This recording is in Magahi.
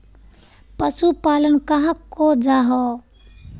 पशुपालन कहाक को जाहा?